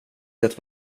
det